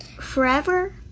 forever